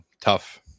tough